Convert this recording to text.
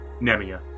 Nemia